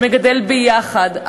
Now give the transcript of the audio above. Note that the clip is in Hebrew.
שמגדל ביחד,